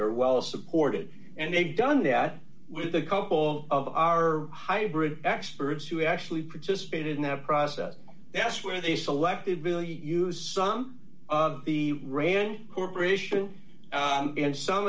or well supported and they've done that with a couple of our hybrid experts who actually participated in that process that's where they selected bill hughes some of the rand corporation and some